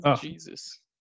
jesus